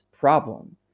Problem